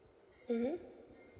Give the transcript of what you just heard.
mmhmm